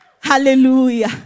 Hallelujah